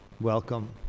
welcome